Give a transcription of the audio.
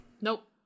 Nope